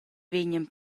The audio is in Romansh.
vegnan